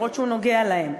גם אם הוא נוגע בהן,